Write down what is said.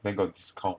then got discount